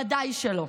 ודאי שלא.